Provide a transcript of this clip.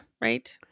right